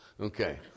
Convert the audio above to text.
Okay